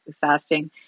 fasting